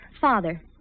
Father